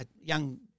young